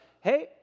hey